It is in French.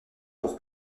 pour